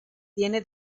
tiene